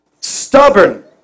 Stubborn